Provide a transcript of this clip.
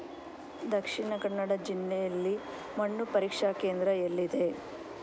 ದಕ್ಷಿಣ ಕನ್ನಡ ಜಿಲ್ಲೆಯಲ್ಲಿ ಮಣ್ಣು ಪರೀಕ್ಷಾ ಕೇಂದ್ರ ಎಲ್ಲಿದೆ?